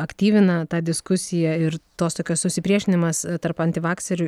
aktyvina tą diskusiją ir tos tokios susipriešinimas tarp antivakserių